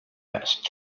dust